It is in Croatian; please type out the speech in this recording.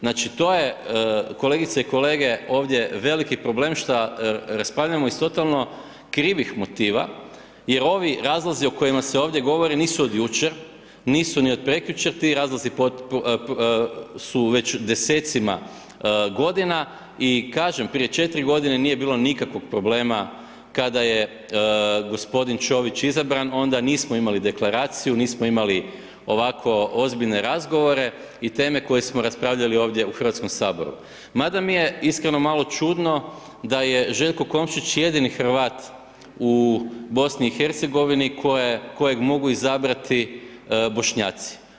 Znači to je kolegice i kolege, ovdje veliki problem šta raspravljamo iz totalno krivih motiva jer ovi razlozi o kojima se ovdje govori nisu od jučer, nisu ni od prekjučer, ti razlozi su već desecima godina i kažem, prije 4 g. nije bilo nikakvog problema kada je g. Čović izabran, onda nismo imali deklaraciju, nismo imali ovako ozbiljne razgovore, i teme koje smo raspravljali ovdje u Hrvatskom saboru mada mi je iskreno malo čudno da je Željko Komšić jedini Hrvat u BiH-u kojeg mogu izabrati Bošnjaci.